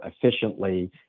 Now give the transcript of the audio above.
efficiently